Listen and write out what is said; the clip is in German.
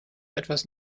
etwas